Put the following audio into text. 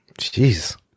Jeez